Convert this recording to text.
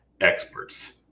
Experts